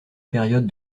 période